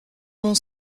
mon